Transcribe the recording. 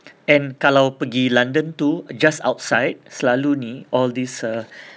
and kalau pergi london tu just outside selalu ni all this uh